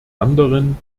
anderen